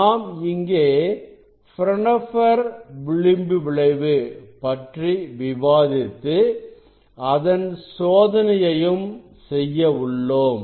நாம் இங்கே பிரான்ஹோபெர் விளிம்பு விளைவு பற்றி விவாதித்து அதன் சோதனையையும் செய்யவுள்ளோம்